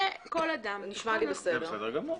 נשמע לי בסדר.